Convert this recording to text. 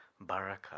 baraka